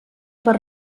per